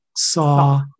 saw